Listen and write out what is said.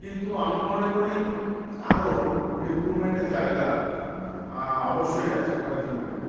কিন্তু আমি মনে করি আরও ইমপ্রুভমেন্টের জায়গা অবশ্যই আছে ভারতীয় মিডিয়ার